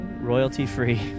royalty-free